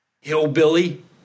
Hillbilly